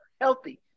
healthy